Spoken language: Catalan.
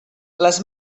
les